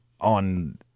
on